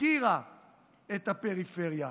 הפקירה את הפריפריה.